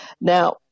Now